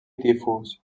tifus